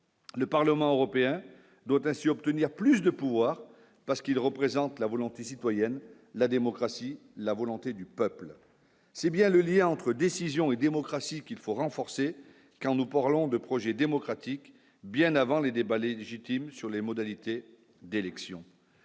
Le Parlement européen doit ainsi obtenir plus de pouvoirs parce qu'il représente la volonté citoyenne, la démocratie, la volonté du peuple, c'est bien le lien entre décision et démocratie qu'il faut renforcer quand nous parlons de projet démocratique, bien avant les débats légitimes sur les modalités d'élection.